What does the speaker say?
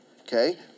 okay